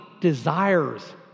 Desires